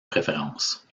préférence